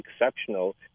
exceptional